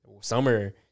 Summer